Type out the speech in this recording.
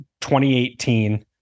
2018